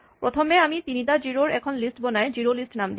প্ৰথমে আমি তিনিটা জিৰ' ৰ এখন লিষ্ট বনাই জিৰ'লিষ্ট নাম দিম